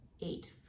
eight